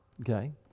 Okay